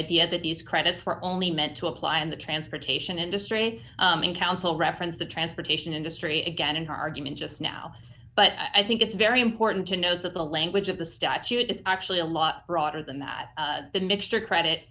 idea that these credits were only meant to apply and the transportation industry council referenced the transportation industry again in her argument just now but i think it's very important to note that the language of the statute is actually a lot broader than that the mixture credit